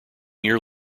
year